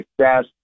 success –